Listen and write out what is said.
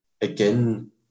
again